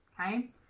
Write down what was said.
Okay